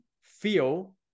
feel